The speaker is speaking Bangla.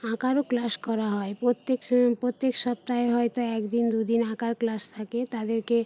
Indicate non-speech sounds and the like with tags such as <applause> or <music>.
আঁকারও ক্লাস করা হয় প্রত্যেক <unintelligible> প্রত্যেক সপ্তাহে হয়তো এক দিন দুদিন আঁকার ক্লাস থাকে তাদেরকে